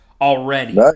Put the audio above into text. already